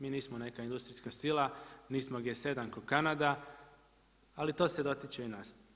Mi nismo neka industrijska sila, nismo G7 kao Kanada ali to se dotiče i nas.